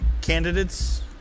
candidates